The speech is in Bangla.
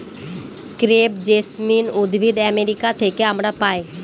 ক্রেপ জেসমিন উদ্ভিদ আমেরিকা থেকে আমরা পাই